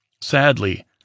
Sadly